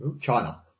China